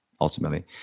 ultimately